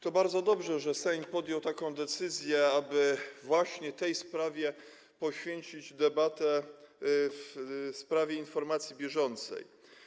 To bardzo dobrze, że Sejm podjął decyzję, aby właśnie tej sprawie poświęcić debatę w ramach informacji bieżącej.